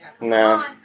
No